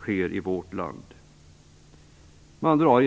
ställs i vårt land. Man drar